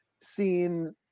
seen